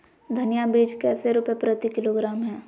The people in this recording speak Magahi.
धनिया बीज कैसे रुपए प्रति किलोग्राम है?